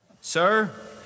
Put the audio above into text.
Sir